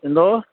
എന്തോ